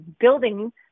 building